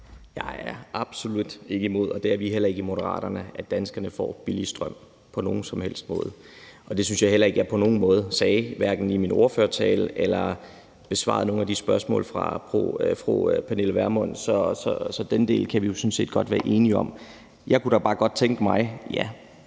Jeg er absolut ikke imod, og det er vi heller ikke i Moderaterne, at danskerne får billig strøm, på nogen som helst måde, og det synes jeg heller ikke jeg på nogen måde sagde, hverken i min ordførertale eller i svaret på nogle af spørgsmålene fra fru Pernille Vermund. Så den del kan vi jo sådan set godt være enige om. Jeg kunne da bare godt tænke mig at vide, hvor den finansiering